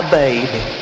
baby